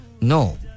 no